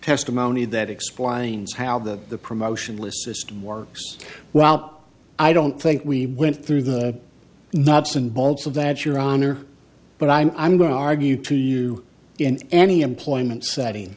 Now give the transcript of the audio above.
testimony that explains how that the promotion list system works well i don't think we went through the nuts and bolts of that your honor but i'm going to argue to you in any employment setting